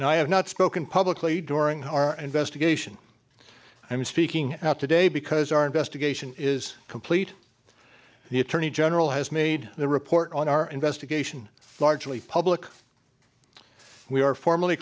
now i have not spoken publicly during our investigation i am speaking out today because our investigation is complete the attorney general has made the report on our investigation far julie public we are form